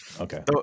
Okay